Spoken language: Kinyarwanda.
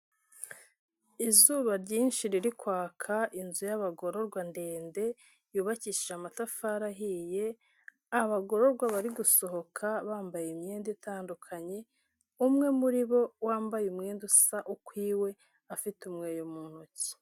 Izuba ryinshi riri kwaka, inzu y'abagororwa ndende yubakishije amatafari ahiye, abagororwa bari gusohoka bambaye imyenda itandukanye, umwe muri bo wambaye umwenda usa ukwi'we afite umweyo mu ntoki.